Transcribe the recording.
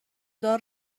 دار